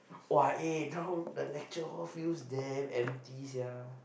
!wah! eh the lecture hall feels damn empty sia